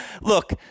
Look